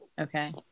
Okay